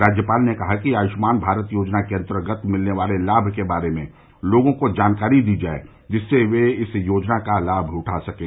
राज्यपाल ने कहा कि आयुष्मान भारत योजना के अन्तर्गत मिलने वाले लाभ के बारे में लोगों को जानकारी दी जाये जिससे वे इस योजना का लाभ उठा सकें